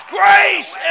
grace